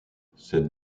cette